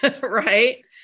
right